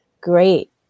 Great